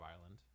island